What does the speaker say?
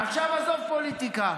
עכשיו עזוב פוליטיקה.